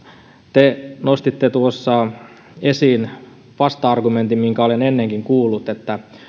te nostitte tuossa esiin vasta argumentin minkä olen ennenkin kuullut että